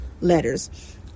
letters